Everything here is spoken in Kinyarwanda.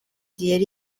yari